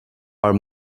are